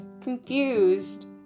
confused